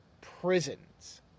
prisons